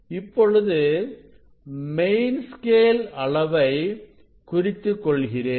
இப்பொழுது main scale அளவை குறித்துக் கொள்கிறேன்